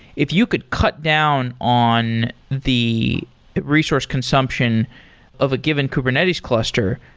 if you could cut down on the resource consumption of a given kubernetes cluster,